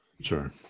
Sure